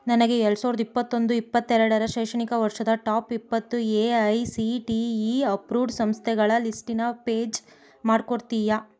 ನನಗೆ ಎರಡು ಸಾವಿರದ ಇಪ್ಪತ್ತೊಂದು ಇಪ್ಪತ್ತೆರಡರ ಶೈಕ್ಷಣಿಕ ವರ್ಷದ ಟಾಪ್ ಇಪ್ಪತ್ತು A I C T E approved ಸಂಸ್ಥೆಗಳ ಲಿಸ್ಟಿನ ಪೇಜ್ ಮಾಡಿಕೊಡ್ತೀಯಾ